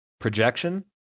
Projection